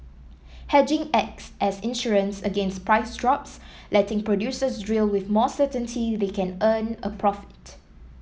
hedging acts as insurance against price drops letting producers drill with more certainty they can earn a profit